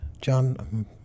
John